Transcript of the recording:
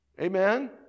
Amen